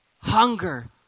Hunger